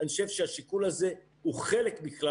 אני חושב שהשיקול הזה הוא חלק מכלל